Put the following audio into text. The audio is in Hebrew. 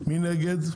מי נגד?